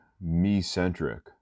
me-centric